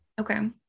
Okay